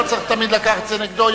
לא צריך תמיד לקחת את זה נגדו.